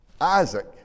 Isaac